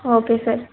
okay sir